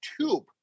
tube